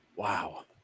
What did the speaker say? Wow